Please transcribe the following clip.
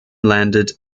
landed